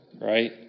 right